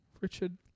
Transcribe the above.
Richard